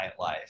nightlife